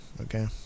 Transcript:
okay